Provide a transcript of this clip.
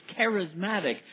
charismatic